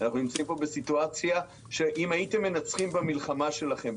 אנחנו נמצאים פה בסיטואציה שאם הייתם מנצחים במלחמה שלכם,